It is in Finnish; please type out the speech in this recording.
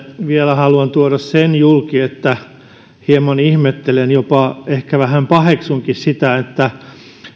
vielä haluan tuoda sen julki että hieman ihmettelen jopa ehkä vähän paheksunkin sitä että